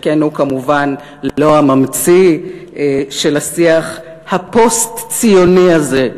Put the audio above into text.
שכן הוא כמובן לא הממציא של השיח הפוסט-ציוני הזה,